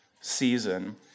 season